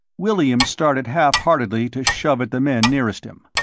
williams started half-heartedly to shove at the men nearest him.